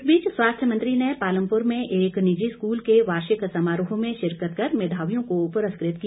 इस बीच स्वास्थ्य मंत्री ने पालमपुर में एक निजी स्कूल के वार्षिक समारोह में शिरकत कर मेघावियों को पुरस्कृत किया